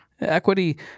Equity